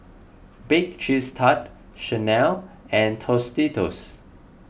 Bake Cheese Tart Chanel and Tostitos